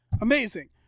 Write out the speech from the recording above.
amazing